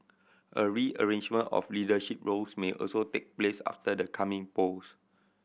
a rearrangement of leadership roles may also take place after the coming polls